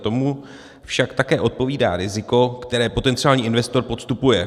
Tomu však také odpovídá riziko, které potenciální investor podstupuje.